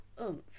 oomph